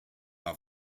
pas